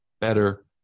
better